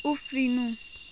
उफ्रिनु